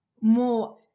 more